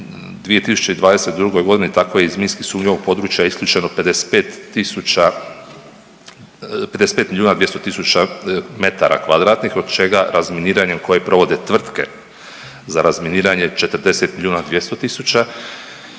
2022. godini tako je iz minski sumnjivog područja isključeno 55 tisuća, 55 milijuna 200 tisuća metara kvadratnih od čega razminiranje koje provode tvrtke za razminiranje 40 miliona 200 tisuća